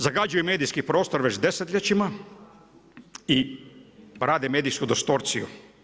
Zagađuju medijski prostor već desetljećima i rade medijsku distorciju.